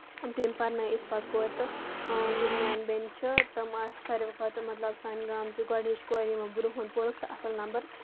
تٔمۍ پَرنٲوو أسۍ پَتہٕ کورِ تہٕ یِم میٲنہِ بیٚنہِ چھِ تِم آسہِ ساروٕیو کھۄتہٕ مطلب سانہِ گامچہٕ گۄڈٕنِچہِ کورِ یِمو برونٛہے پوٚرُکھ تہٕ اَصٕل نَمبر